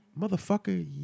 motherfucker